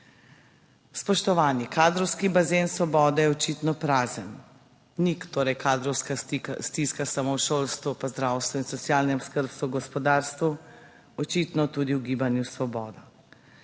Spoštovani! Kadrovski bazen Svobode je očitno prazen. Ni torej kadrovska stiska samo v šolstvu, zdravstvu in socialnem skrbstvu, gospodarstvu, očitno tudi v Gibanju Svoboda.